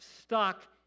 stuck